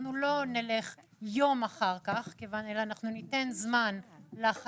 אנחנו לא נלך יום אחר כך אלא אנחנו ניתן זמן לחייב